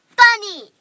funny